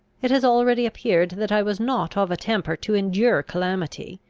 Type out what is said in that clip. it has already appeared that i was not of a temper to endure calamity,